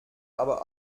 aber